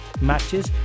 matches